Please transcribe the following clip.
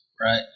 Right